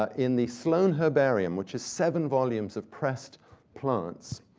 ah in the sloane herbarium, which is seven volumes of pressed plants.